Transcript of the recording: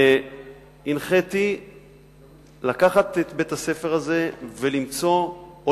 הנחיתי לקחת את בית-הספר הזה ולמצוא או